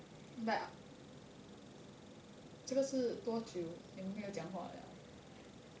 but 这个是多久你们没有讲话了